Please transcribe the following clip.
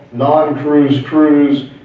non cruise, cruise,